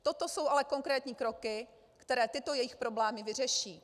Toto jsou ale konkrétní kroky, které tyto jejich problémy vyřeší.